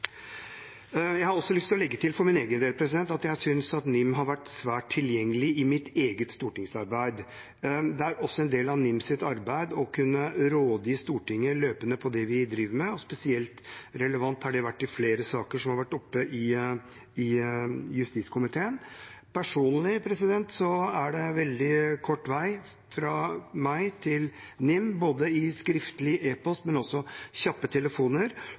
Jeg har for min egen del lyst til å legge til at jeg synes NIM har vært svært tilgjengelig i mitt eget stortingsarbeid. Det er også en del av NIMs arbeid å kunne rådgi Stortinget løpende i det vi driver med. Spesielt relevant har det vært i flere saker som har vært oppe i justiskomiteen. For meg personlig er det veldig kort vei til NIM både skriftlig i e-post og også